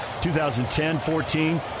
2010-14